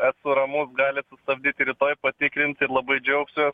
esu ramus galit sustabdyt ir rytoj patikrint ir labai džiaugsiuos